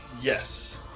Yes